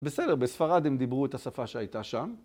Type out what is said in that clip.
בסדר, בספרד הם דיברו את השפה שהייתה שם.